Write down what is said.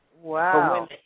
Wow